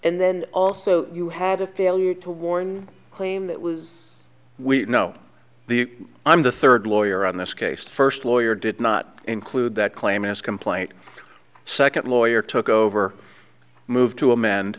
and then also you had a failure to warn claim that was we know the i'm the third lawyer on this case the first lawyer did not include that claim is complaint second lawyer took over move to